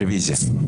רוויזיה.